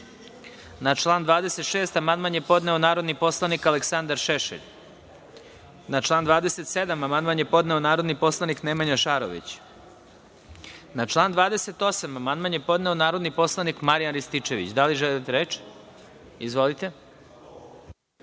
član 26. amandman je podneo narodni poslanik Aleksandar Šešelj. Na član 27. amandman je podneo narodni poslanik Nemanja Šarović. Na član 28. amandman je podneo narodni poslanik Marijan Rističević. Da li neko želi